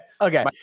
Okay